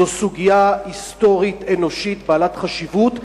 זאת סוגיה היסטורית-אנושית בעלת חשיבות,